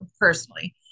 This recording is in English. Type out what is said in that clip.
personally